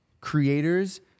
creators